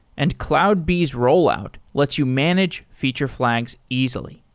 and cloudbees rollout lets you manage feature flags easily.